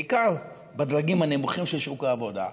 בעיקר בדרגים הנמוכים של שוק העבודה,